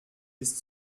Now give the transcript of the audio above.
bis